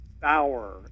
Bauer